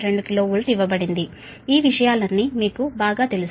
2 KV ఇవ్వబడింది ఈ విషయాలన్నీ మీకు బాగా తెలుసు